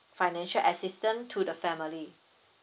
financial assistance to the family